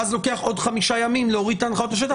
ואז לוקח עוד חמישה ימים להוריד את ההנחיות לשטח,